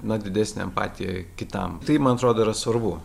na didesnė empatija kitam tai man atrodo svarbu